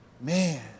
Man